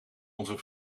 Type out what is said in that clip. onze